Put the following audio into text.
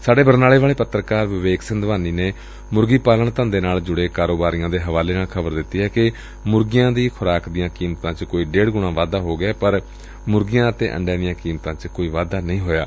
ਸਾਡੇ ਬਰਨਾਲਾ ਵਾਲੇ ਪੱਤਰਕਾਰ ਵਿਵੇਕ ਸਿੰਧਵਾਨੀ ਨੇ ਮੁਰਗੀ ਪਾਲਣ ਧੰਦੇ ਨਾਲ ਜੁੜੇ ਕਾਰੋਬਾਰੀਆਂ ਦੇ ਹਵਾਲੇ ਨਾਲ ਖ਼ਬਰ ਦਿੱਤੀ ਏ ਕਿ ਮੁਰਗੀਆਂ ਦੀ ਖੁਰਾਕ ਦੀਆਂ ਕੀਮਤਾਂ ਚ ਕੋਈ ਡੇਢ ਗੁਣਾ ਵਾਧਾ ਹੋ ਗਿਐ ਪਰ ਮੁਰਗੀਆਂ ਅਤੇ ਅੰਡਿਆਂ ਦੀਆਂ ਕੀਮਤਾਂ ਚ ਕੋਈ ਵਾਧਾ ਨਹੀਂ ਹੋਇਆ